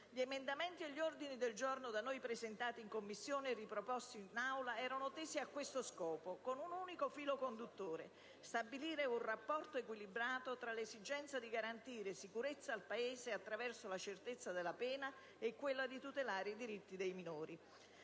Gli emendamenti e gli ordini del giorno da noi presentati in Commissione e riproposti in Aula erano tesi a questo scopo, con un unico filo conduttore: stabilire un rapporto equilibrato tra l'esigenza di garantire sicurezza al Paese, attraverso la certezza della pena, e quella di tutelare i diritti dei minori.